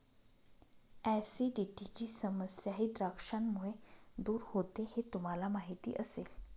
ऍसिडिटीची समस्याही द्राक्षांमुळे दूर होते हे तुम्हाला माहिती असेल